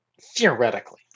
theoretically